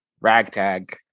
ragtag